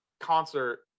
Concert